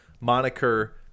moniker